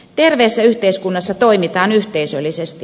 terveessä yhteiskunnassa toimitaan yhteisöllisesti